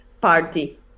party